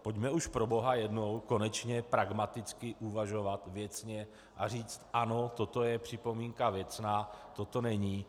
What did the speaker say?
Pojďme už proboha jednou konečně pragmaticky uvažovat věcně a říct ano, toto je připomínka věcná, toto není.